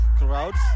crowds